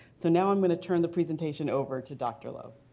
so now i'm going to turn the presentation over to dr. lo.